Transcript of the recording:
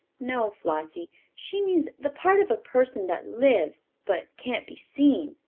no, flossie she means the part of a person that lives but can't be seen.